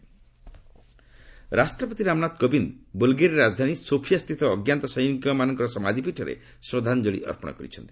president Bulgaria ରାଷ୍ଟ୍ରପତି ରାମନାଥ କୋବିନ୍ଦ୍ ବୁଲ୍ଗେରିଆର ରାଜଧାନୀ ସୋଫିଆସ୍ଥିତ ଅଜ୍ଞାତ ସୈନିକମାନଙ୍କ ସମାଧ୍ୟପୀଠରେ ଶ୍ରଦ୍ଧାଞ୍ଜଳି ଅର୍ପଣ କରିଛନ୍ତି